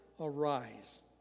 arise